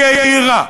היהירה,